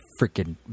freaking